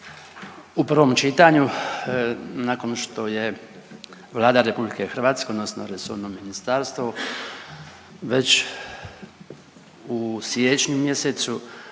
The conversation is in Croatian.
u prvom čitanju nakon što je Vlada RH odnosno resorno ministarstvo već u siječnju mjesecu